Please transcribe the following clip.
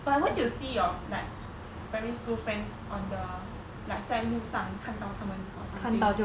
but what do you see your like primary school friends on the like 在路上看到他们 or something